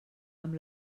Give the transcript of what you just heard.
amb